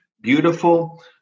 beautiful